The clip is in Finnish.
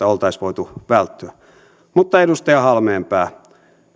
oltaisiin voitu välttyä mutta edustaja halmeenpää